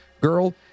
girl